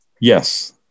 Yes